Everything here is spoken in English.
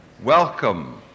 Welcome